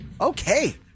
okay